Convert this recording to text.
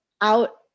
out